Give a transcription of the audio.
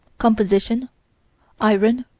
composition iron,